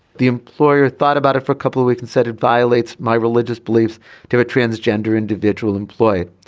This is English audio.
the employer thought about it for a couple of weeks and said it violates my religious beliefs to a transgender individual employee.